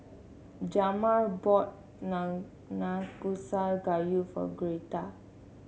Jamar bought Nanakusa Gayu for Gretta